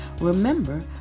Remember